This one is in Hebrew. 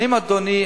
א.